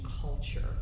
culture